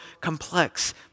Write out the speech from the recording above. complex